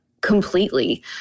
completely